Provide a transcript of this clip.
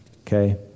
okay